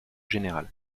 général